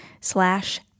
slash